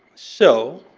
so,